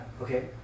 Okay